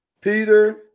Peter